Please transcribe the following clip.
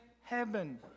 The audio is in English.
heaven